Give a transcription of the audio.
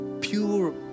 pure